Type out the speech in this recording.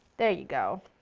there you go.